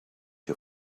you